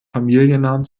familiennamen